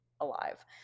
alive